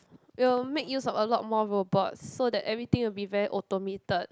it'll make use of a lot more robots so that everything will be very automated